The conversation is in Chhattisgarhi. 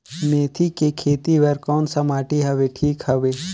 मेथी के खेती बार कोन सा माटी हवे ठीक हवे?